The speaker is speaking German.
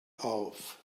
auf